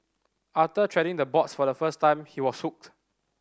after treading the boards for the first time he was hooked